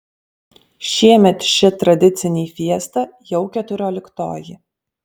šiemet ši tradicinį fiesta jau keturioliktoji